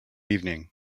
evening